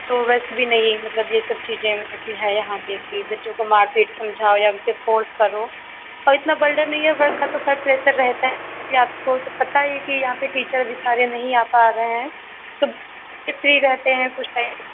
तो वैसे भी नहीं मतलब ये सब चीजें मतलब की है यहाँ पर कि बच्चों को मार पीट समझाओ या उनको फोर्स करो और इतना वार्डन नहीं है वर्क का तो थोड़ा प्रेशर रहता है कि आपको तो पता ही है कि यहाँ पर टीचर अभी सारे नहीं आ पा रहे हैं तो बच्चे फ्री रहते हैं कुछ टाइम